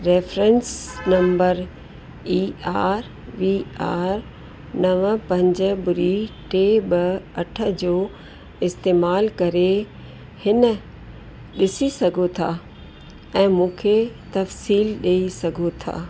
reference number E R V R नव पंज ॿुड़ी टे ॿ अठ जो इस्तेमाल करे हिन ॾिसी सघो था ऐं मूंखे तफ़सील ॾेई सघो था